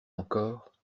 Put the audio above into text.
encore